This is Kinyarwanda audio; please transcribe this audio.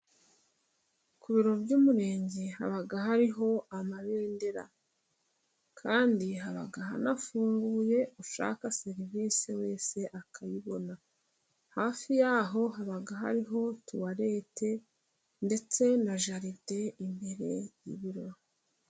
Ku biro by'umurenge haba hariho amabendera, kandi haba hanafunguye, ushaka serivisi wese akayibona. Hafi yaho haba hariho tuwalete ndetse na jaride imbere y'ibiro.